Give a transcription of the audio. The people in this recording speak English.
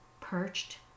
perched